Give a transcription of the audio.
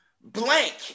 blank